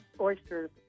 oysters